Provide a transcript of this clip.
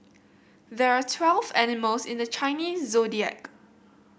there are twelve animals in the Chinese Zodiac